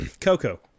Coco